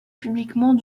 publiquement